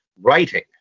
writing